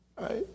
right